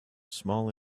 small